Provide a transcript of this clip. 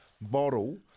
bottle